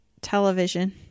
television